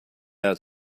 out